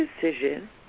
decision